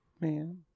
man